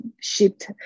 shift